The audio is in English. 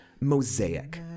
Mosaic